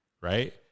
right